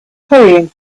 hurrying